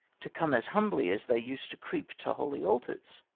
to come as humbly as they us'd to creep to holy altars.